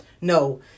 No